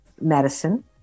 medicine